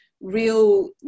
real